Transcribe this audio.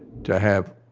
to have,